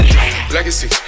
Legacy